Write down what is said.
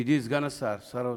ידידי סגן השר, שר האוצר,